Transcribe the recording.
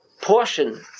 portion